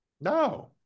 No